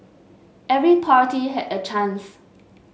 every party had a chance